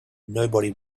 nobody